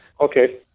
okay